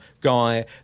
guy